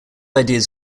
ideas